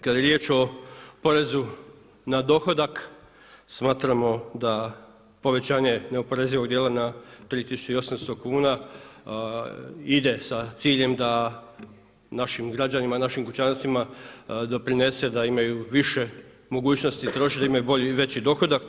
Kada je riječ o porezu na dohodak smatramo da povećanje neoporezivog djela na 3800 kuna ide sa ciljem da našim građanima i našim kućanstvima doprinese da imaju više mogućnosti … i da imaju bolji i veći dohodak.